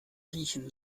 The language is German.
riechen